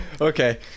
okay